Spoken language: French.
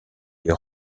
les